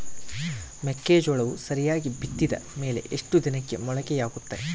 ಮೆಕ್ಕೆಜೋಳವು ಸರಿಯಾಗಿ ಬಿತ್ತಿದ ಮೇಲೆ ಎಷ್ಟು ದಿನಕ್ಕೆ ಮೊಳಕೆಯಾಗುತ್ತೆ?